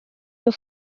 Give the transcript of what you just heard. your